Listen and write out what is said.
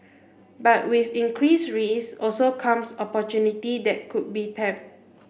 but with increased risks also come opportunity that should be tapped